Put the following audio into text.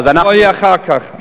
ופה יהיה אחר כך,